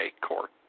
court